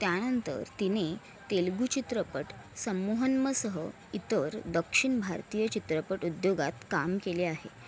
त्यानंतर तिने तेलगू चित्रपट संमोहनमसह इतर दक्षिण भारतीय चित्रपट उद्योगात काम केले आहे